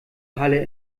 halle